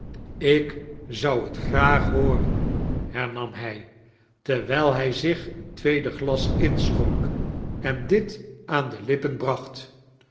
tk zou liet graag booren hernam hij terwijl hij zich een tweed glas inachonk en dit aan de lippen brachit